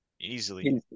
Easily